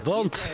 Want